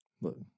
Look